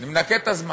אני מנכה את הזמן.